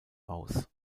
aus